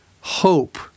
hope